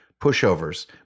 pushovers